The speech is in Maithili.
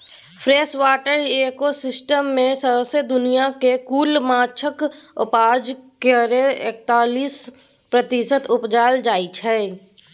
फ्रेसवाटर इकोसिस्टम मे सौसें दुनियाँक कुल माछक उपजा केर एकतालीस प्रतिशत उपजाएल जाइ छै